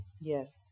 Yes